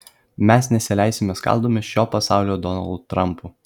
mes nesileisime skaldomi šio pasaulio donaldų trampų